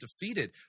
defeated